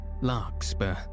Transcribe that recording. Larkspur